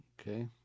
Okay